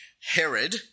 Herod